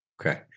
Okay